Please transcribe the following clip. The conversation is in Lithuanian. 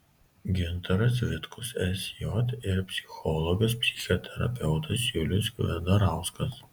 gintaras vitkus sj ir psichologas psichoterapeutas julius kvedarauskas